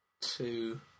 Two